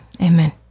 Amen